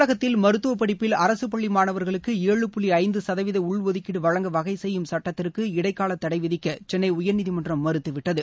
தமிழகத்தில் மருத்துவப் படிப்பில் அரசுப் பள்ளி மாணவர்களுக்கு ஏழு புள்ளி ஐந்து சதவீத உள்ஒதுக்கீடு வழங்க வகை செய்யும் சட்டத்திற்கு இடைக்கால தடை விதிக்க சென்னை உயர்நீதிமன்றம் மறுத்து விட்டது